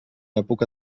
època